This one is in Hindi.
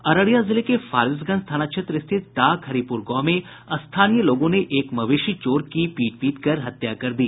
अररिया जिले के फारबिसगंज थाना क्षेत्र स्थित डाक हरिपुर गांव में स्थानीय लोगों ने एक मवेशी चोर की पीट पीटकर हत्या कर दी